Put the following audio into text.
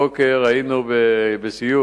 הבוקר היינו בסיור,